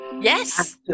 Yes